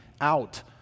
out